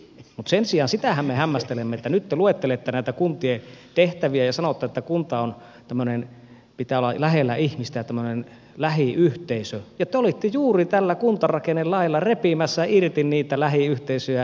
sen sijaan sitähän me hämmästelemme että nyt te luettelette näitä kuntien tehtäviä ja sanotte että kunta on tämmöinen lähiyhteisö ja sen pitää olla lähellä ihmistä ja te olitte juuri tällä kuntarakennelailla repimässä irti niitä lähiyhteisöjä